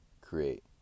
create